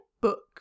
book